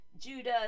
Judah